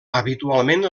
habitualment